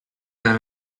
than